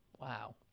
wow